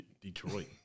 Detroit